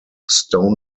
stone